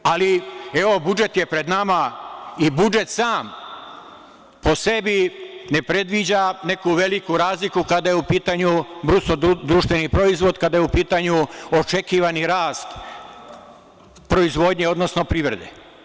Ali, budžet je pred nama i budžet sam po sebi ne predviđa neku veliku razliku kada je u pitanju BDP, kada je u pitanju očekivani rast proizvodnje, odnosno privrede.